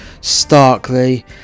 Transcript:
starkly